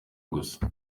gusa